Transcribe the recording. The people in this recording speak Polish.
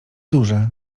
duże